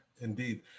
indeed